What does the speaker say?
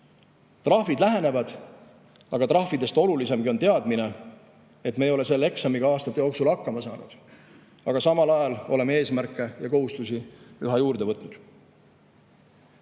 Trahvid lähenevad, aga trahvidest olulisemgi on teadmine, et me ei ole selle eksamiga aastate jooksul hakkama saanud. Samal ajal oleme eesmärke ja kohustusi üha juurde võtnud.